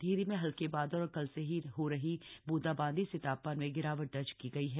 टिहरी में हल्के बादल और कल से हो रही बूंदाबांदी से तापमान में गिरावट दर्ज की गइ है